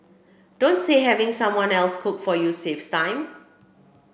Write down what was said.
don't say having someone else cook for you saves time